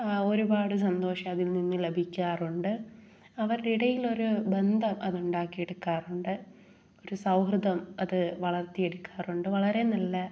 ആ ഒരുപാട് സന്തോഷം അതിൽ നിന്നും ലഭിക്കാറുണ്ട് അവരുടെ ഇടയിൽ ഒരു ബന്ധം അത് ഉണ്ടാക്കിയെടുക്കാറുണ്ട് ഒരു സൗഹൃദം അത് വളർത്തിയെടുക്കാറുണ്ട് വളരെ നല്ല